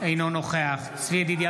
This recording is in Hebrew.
אינו נוכח צבי ידידיה